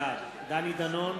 בעד דני דנון,